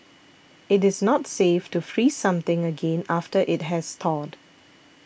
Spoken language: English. it is not safe to freeze something again after it has thawed